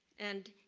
and